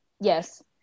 Yes